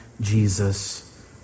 Jesus